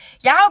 Y'all